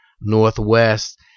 Northwest